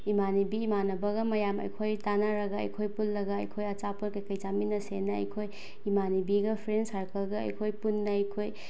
ꯏꯃꯥꯟꯅꯕꯤ ꯏꯃꯥꯟꯅꯕꯒ ꯃꯌꯥꯝ ꯑꯩꯈꯣꯏ ꯇꯥꯟꯅꯔꯒ ꯑꯩꯈꯣꯏ ꯄꯨꯜꯂꯒ ꯑꯩꯈꯣꯏ ꯑꯆꯥꯄꯣꯠ ꯀꯩꯀꯩ ꯆꯥꯃꯤꯟꯅꯁꯦꯅ ꯑꯩꯈꯣꯏ ꯏꯃꯥꯟꯅꯕꯤꯒ ꯐ꯭ꯔꯦꯟ ꯁꯥꯔꯀꯜꯒ ꯑꯩꯈꯣꯏ ꯄꯨꯟꯅ ꯑꯩꯈꯣꯏ